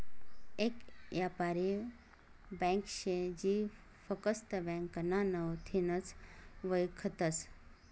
येक यापारी ब्यांक शे जी फकस्त ब्यांकना नावथीनच वयखतस